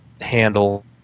handle